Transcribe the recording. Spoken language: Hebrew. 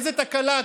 איזו תקלה,